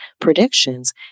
predictions